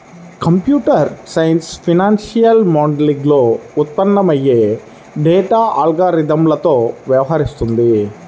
computer science financial మోడలింగ్లో ఉత్పన్నమయ్యే data అల్గారిథమ్లతో వ్యవహరిస్తుంది